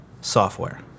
software